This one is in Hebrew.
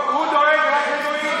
הוא דואג רק לגויים.